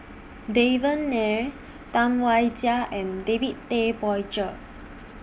Devan Nair Tam Wai Jia and David Tay Poey Cher